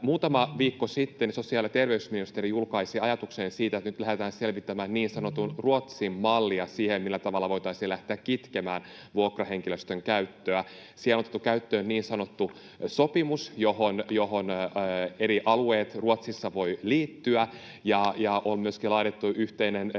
Muutama viikko sitten sosiaali- ja terveysministeriö julkaisi ajatuksen siitä, että nyt lähdetään selvittämään niin sanottua Ruotsin mallia siihen, millä tavalla voitaisiin lähteä kitkemään vuokrahenkilöstön käyttöä. Siellä on otettu käyttöön niin sanottu sopimus, johon eri alueet Ruotsissa voivat liittyä, ja on myöskin laadittu yhteinen